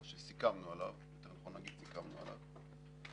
או שיותר נכון להגיד שסיכמנו עליו,